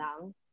lang